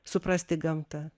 suprasti gamtą